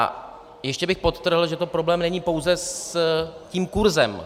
A ještě bych podtrhl, že to problém není pouze s tím kurzem.